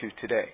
today